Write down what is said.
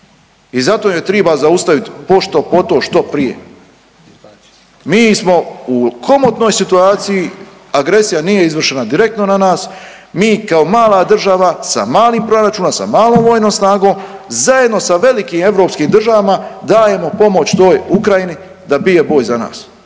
I zato je triba zaustaviti pošto poto što prije. Mi smo u komotnoj situaciji, agresija nije izvršena direktno na nas, mi kao mala država sa malim proračunom, sa malom vojnom snagom, zajedno sa velikim europskim državama dajemo pomoć toj Ukrajini da bije boj za nas.